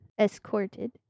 escorted